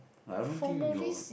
like I don't think your